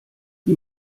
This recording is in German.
die